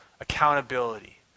accountability